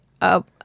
up